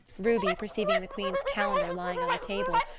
ruby, perceiving the queen's calendar lying on the table,